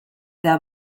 der